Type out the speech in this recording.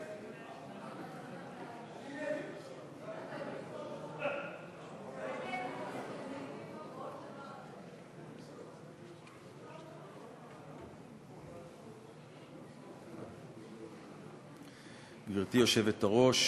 גברתי היושבת-ראש,